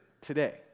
today